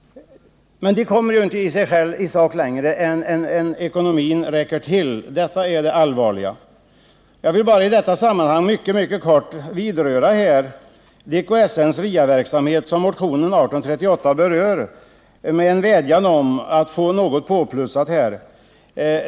Men de kommer inte längre än ekonomin räcker till — detta är det allvarliga. Jag vill i detta sammanhang bara mycket kort beröra DKSN:s RIA verksamhet, som behandlas i motion 1838 med en vädjan att få ett något större anslag.